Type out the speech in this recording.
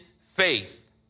faith